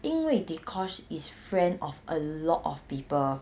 因为 dee kosh is friend of a lot of people